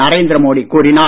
நரேந்திர மோடி கூறினார்